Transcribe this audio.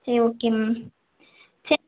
சரி okay ma'am சரி